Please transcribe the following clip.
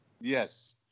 Yes